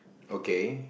okay